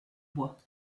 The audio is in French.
bois